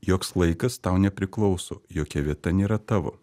joks laikas tau nepriklauso jokia vieta nėra tavo